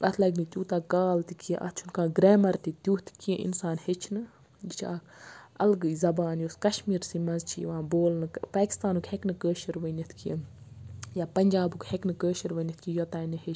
اتھ لَگنہٕ تیوٗتاہ کال تہِ کینٛہہ اَتھ چھُنہٕ کانٛہہ گریمَر تہِ تیُتھ کینٛہہ اِنسان ہیٚچھنہٕ یہِ چھِ اکھ الگٕے زَبان یۄس کَشمیٖرسٕے مَنٛز چھِ یِوان بولنہٕ پاکِستانُک ہیٚکنہٕ کٲشُر ؤنِتھ کینٛہہ یا پَنجابُک ہیٚکنہٕ کٲشُر ؤنِتھ کینٛہہ یوٚتانۍ نہٕ ہیٚچھِ